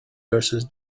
versus